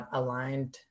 aligned